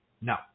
No